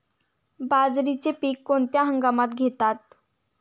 बाजरीचे पीक कोणत्या हंगामात घेतात?